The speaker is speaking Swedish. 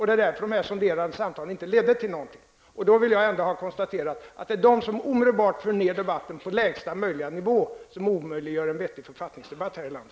Det var därför som de sonderande samtalen inte ledde till någonting. Jag konstaterar att det är de som för ned debatten på lägsta möjliga nivå som omöjliggör en vettig författningsdebatt här i landet.